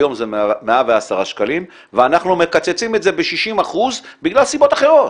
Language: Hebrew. היום זה 110 שקלים ואנחנו מקצצים את זה ב-60% בגלל סיבות אחרות.